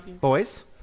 Boys